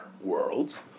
worlds